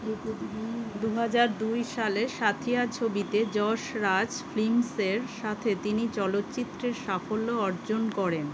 দু হাজার দুই সালে সাথিয়া ছবিতে যশ রাজ ফিল্মসের সাথে তিনি চলচ্চিত্রে সাফল্য অর্জন করেন